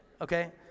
Okay